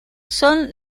son